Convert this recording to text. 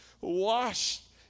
washed